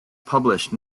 published